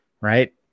right